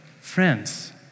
friends